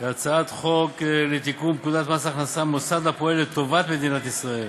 הצעת חוק לתיקון פקודת מס הכנסה (מוסד הפועל לטובת מדינת ישראל),